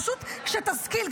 פשוט שתשכיל,